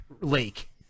lake